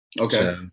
Okay